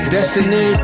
Destiny